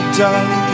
done